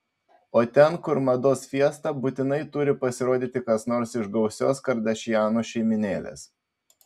o ten kur mados fiesta būtinai turi pasirodyti kas nors iš gausios kardašianų šeimynėlės